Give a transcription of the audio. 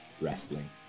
wrestling